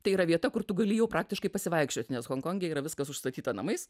tai yra vieta kur tu gali jau praktiškai pasivaikščiot nes honkonge yra viskas užstatyta namais